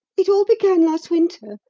it all began last winter,